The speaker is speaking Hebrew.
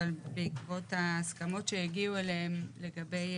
אבל בעקבות ההסכמות שהגיעו אליהן לגבי